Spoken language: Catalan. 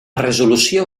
resolució